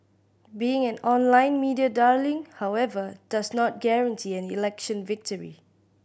being an online media darling however does not guarantee an election victory